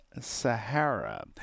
Sahara